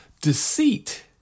deceit